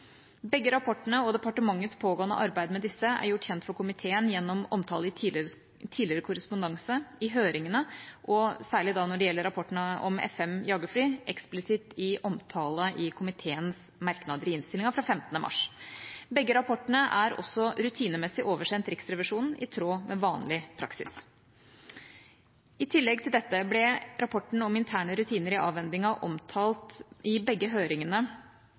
Begge rapportene og departementets pågående arbeid med disse er gjort kjent for komiteen gjennom omtale i tidligere korrespondanse, i høringene og særlig når det gjelder rapporten om F-5-jagerfly, eksplisitt i omtale i komiteens merknader i innstillinga fra 15. mars. Begge rapportene er også rutinemessig oversendt Riksrevisjonen, i tråd med vanlig praksis. I tillegg til dette ble rapporten om interne rutiner i avhendingen omtalt i begge høringene,